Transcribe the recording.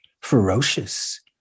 ferocious